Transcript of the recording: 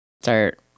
start